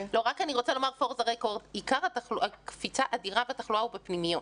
עיקר הקפיצה בתחלואה הוא בפנימיות.